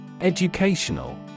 Educational